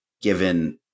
given